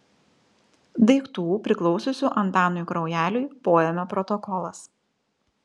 daiktų priklausiusių antanui kraujeliui poėmio protokolas